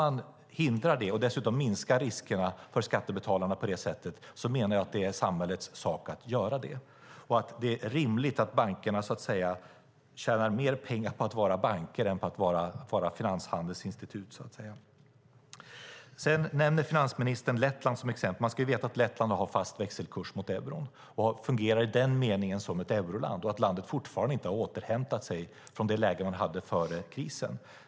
Kan man hindra det och dessutom minska riskerna för skattebetalarna på det sättet menar jag att det är samhällets sak att göra det. Det är rimligt att bankerna tjänar mer pengar på att vara banker än på att vara finanshandelsinstitut. Finansministern nämner Lettland som exempel. Man ska veta att Lettland har en fast växelkurs mot euron. I den meningen fungerar man som ett euroland, och landet har fortfarande inte återhämtat sig från det läge man befann sig i före krisen.